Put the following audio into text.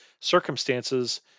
circumstances